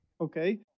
okay